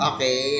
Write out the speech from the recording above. Okay